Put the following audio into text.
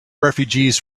refugees